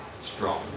strong